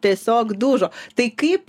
tiesiog dužo tai kaip